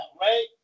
right